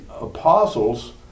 apostles